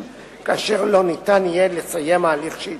כאשר לא ניתן יהיה לסיים הליך שהתחיל.